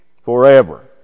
forever